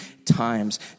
Times